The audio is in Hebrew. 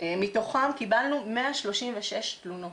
מתוכם קיבלנו 136 תלונות.